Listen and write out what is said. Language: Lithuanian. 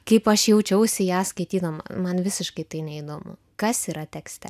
kaip aš jaučiausi ją skaitydama man visiškai tai neįdomu kas yra tekste